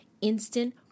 Instant